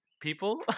people